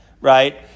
right